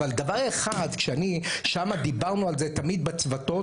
אבל דבר אחד ששם דיברנו על זה תמיד בצוותים,